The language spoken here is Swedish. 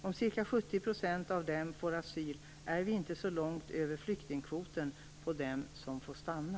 Om ca 70 % av dem får asyl är vi inte så långt över flyktingkvoten för dem som får stanna.